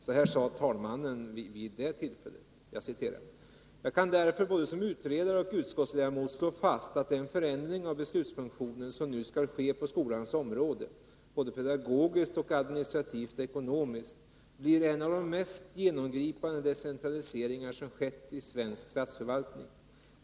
Så här uttryckte sig andre vice talmannen vid tillfället i fråga: ”Jag kan därför både som utredare och utskottsledamot slå fast att den förändring av beslutsfunktionen som nu skall ske på skolans område, både pedagogiskt och administrativt-ekonomiskt, blir en av de mest genomgripande decentraliseringar som skett i svensk statsförvaltning.